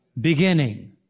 beginning